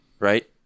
Right